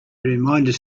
reminded